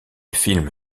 film